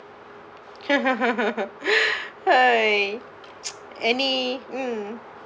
any mm